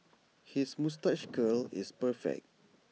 his moustache curl is perfect